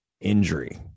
injury